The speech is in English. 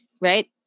Right